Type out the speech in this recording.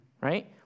right